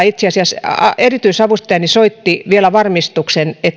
itse asiassa erityisavustajani soitti vielä varmistuksen